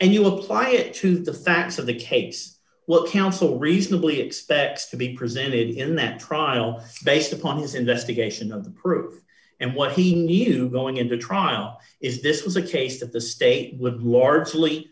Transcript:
and you apply it to the facts of the case what counsel reasonably expects to be presented in that trial based upon his investigation of the proof and what he needed going into trial is this was a case that the state would largely